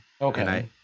Okay